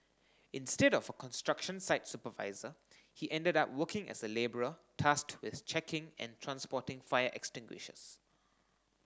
instead of a construction site supervisor he ended up working as a labourer tasked with checking and transporting fire extinguishers